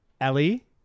Ellie